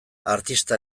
artista